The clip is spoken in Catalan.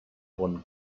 bon